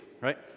Right